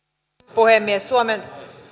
puhemies suomen